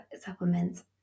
supplements